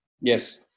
Yes